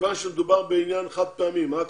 כיוון שמדובר בעניין חד-פעמי, מה הכוונה?